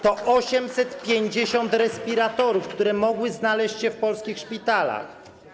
To 850 respiratorów, które mogły znaleźć się w polskich szpitalach.